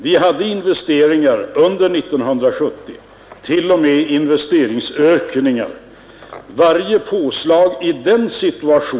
Vi hade investeringar, t.o.m. investeringsökningar under 1970.